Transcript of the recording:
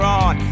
on